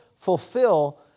fulfill